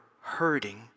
hurting